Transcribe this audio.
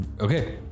Okay